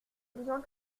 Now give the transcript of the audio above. besoin